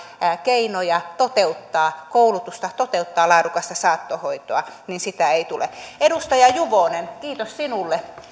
keinoja toteuttaa koulutusta toteuttaa laadukasta saattohoitoa niin sitä ei tule edustaja juvonen kiitos sinulle